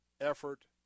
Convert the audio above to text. effort